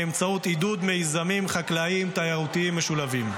באמצעות עידוד מיזמים חקלאיים-תיירותיים משולבים.